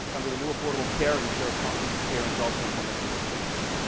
under the new affordable care. and sheriff tompkins is here and is also implementing the same thing.